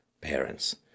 parents